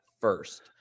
first